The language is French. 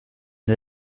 une